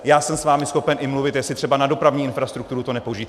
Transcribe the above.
Já jsem s vámi schopen i mluvit, jestli třeba na dopravní infrastrukturu to nepoužít.